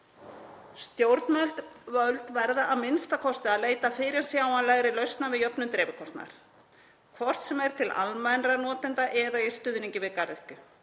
Stjórnvöld verða a.m.k. að leita fyrirsjáanlegri lausna við jöfnun dreifikostnaðar, hvort sem er til almennra notenda eða í stuðningi við garðyrkju.